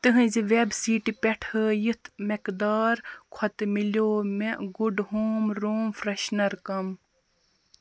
تٕہٕنٛزِ وٮ۪ب سیٖٹہٕ پٮ۪ٹھ ہٲیِتھ مٮ۪قدار کھۄتہٕ مِلیو مےٚ گُڈ ہوم روٗم فرٛٮ۪شنَر کم